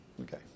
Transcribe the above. Okay